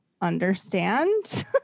understand